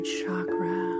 chakra